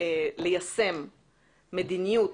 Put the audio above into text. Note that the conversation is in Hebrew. לבצע מדיניות